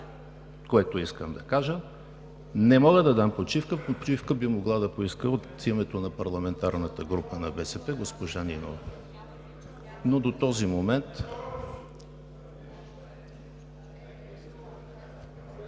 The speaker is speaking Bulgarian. което искам да кажа. Не мога да дам почивка. Почивка би могла да поиска от името на парламентарната група на БСП госпожа Нинова. Но до този момент…